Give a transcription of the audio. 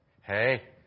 hey